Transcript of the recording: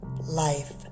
life